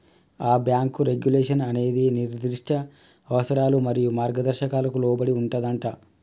ఆ bank regulation అనేది నిర్దిష్ట అవసరాలు మరియు మార్గదర్శకాలకు లోబడి ఉంటుందంటా